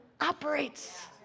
operates